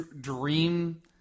dream